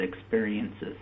experiences